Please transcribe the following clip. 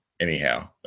anyhow